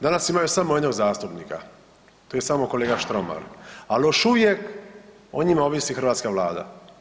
Danas imaju samo jednog zastupnika, tu je samo kolega Štromar, ali još uvijek o njima ovisi hrvatska Vlada.